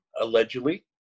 allegedly